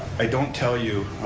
i don't tell you